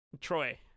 Troy